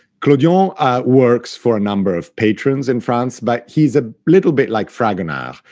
clodion works for a number of patrons in france, but he's a little bit like fragonard,